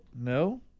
No